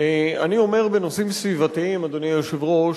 אני אומר בנושאים סביבתיים, אדוני היושב-ראש,